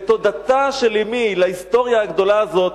את תודתה של אמי להיסטוריה הגדולה הזאת,